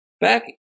Back